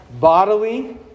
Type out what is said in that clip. bodily